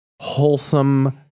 wholesome